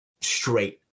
straight